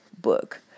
book